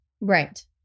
Right